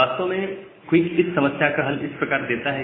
वास्तव में क्विक इस समस्या का हल इस प्रकार देता है